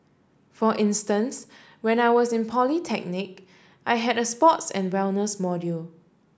for instance when I was in polytechnic I had a sports and wellness module